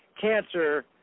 Cancer